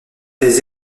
des